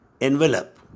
envelope